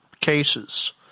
cases